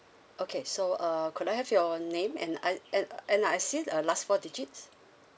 okay so uh could I have your name and I~ N~ N_R_ I_C the last four digits